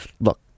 look